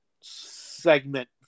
segment